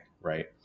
right